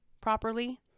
properly